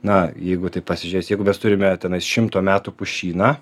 na jeigu taip pasižiūrėsi jeigu mes turime tenais šimto metų pušyną